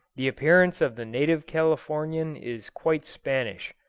the appearance of the native californian is quite spanish.